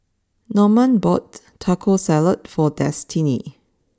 Normand bought Taco Salad for Destiney